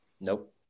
nope